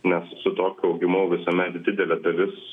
nes su tokiu augimu visuomet didelė dalis